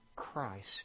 Christ